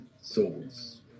souls